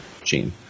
Gene